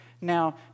Now